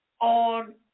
on